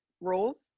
rules